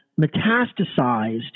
metastasized